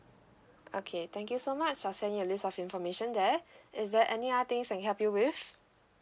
okay thank you so much I'll send you a list of information there is there any other things I can help you with